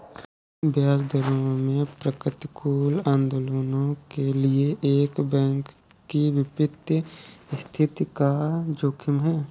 ब्याज दरों में प्रतिकूल आंदोलनों के लिए एक बैंक की वित्तीय स्थिति का जोखिम है